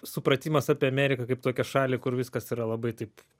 supratimas apie ameriką kaip tokią šalį kur viskas yra labai taip